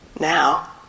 Now